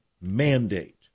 mandate